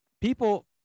people